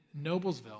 Noblesville